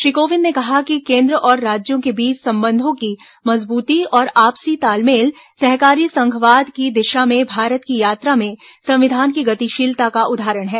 श्री कोविंद ने कहा कि केन्द्र और राज्यों के बीच संबंधों की मजबूती और आपसी तालमेल सहकारी संघवाद की दिशा में भारत की यात्रा में संविधान की गतिशीलता का उदाहरण है